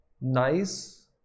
nice